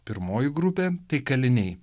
pirmoji grupė tai kaliniai